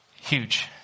Huge